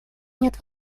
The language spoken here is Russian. нет